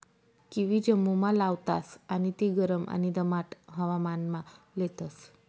kiwi जम्मुमा लावतास आणि ती गरम आणि दमाट हवामानमा लेतस